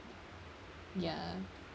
ya